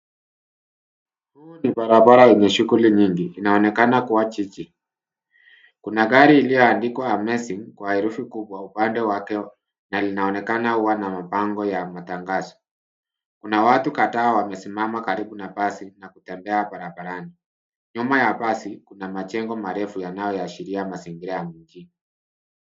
Huu ni barabara yenye shughuli nyingi, inaonekana kuwa jiji. Kuna gari ilioandikwa amazing kwa herufi kubwa upande wake na linaonekana huwa na mabango ya matangazo. Kuna watu kadhaa wamesimama karibu na asi na kutembea barabarani. Nyuma ya basi kuna majengo marefu yanayoashiria mazingira ya mjini.